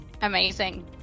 amazing